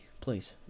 please